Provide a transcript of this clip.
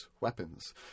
weapons